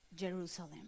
Jerusalem